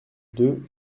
deux